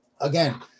Again